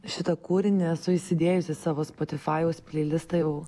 šitą kūrinį esu įsidėjus į savo spotifajau plei listą jau